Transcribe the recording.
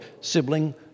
sibling